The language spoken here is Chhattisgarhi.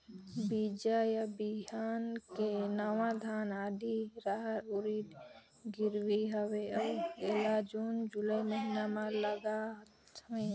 बीजा या बिहान के नवा धान, आदी, रहर, उरीद गिरवी हवे अउ एला जून जुलाई महीना म लगाथेव?